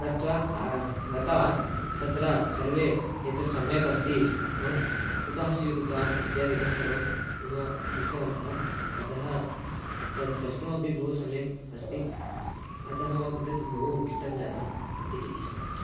गत्वा गतवान् तत्र सर्वे एतत् सम्यक् अस्ति भवान् कुतः स्वीकृतवान् इत्यादिकं सर्वं मम पृष्टवन्तः अतः तत् द्रष्टुमपि बहु सम्यक् अस्ति अतः मम कृते तत् बहु इष्टं जातम् इति